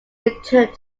returned